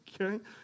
Okay